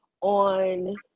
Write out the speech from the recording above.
on